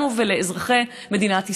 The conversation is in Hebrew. לנו ולאזרחי מדינת ישראל,